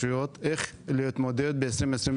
איך להתמודד ב-2023.